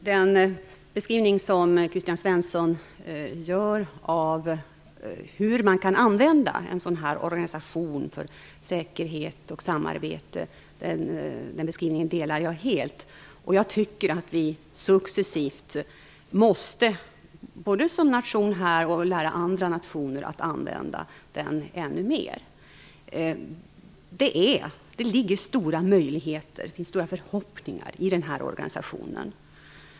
Herr talman! Den beskrivning som Kristina Svensson gör av hur man kan använda en sådan här organisation för säkerhet och samarbete instämmer jag helt i. Och successivt måste vi som nation använda den ännu mer; vi måste också lära andra nationer att använda den. Det ligger stora möjligheter i och det finns stora förhoppningar till denna organisation.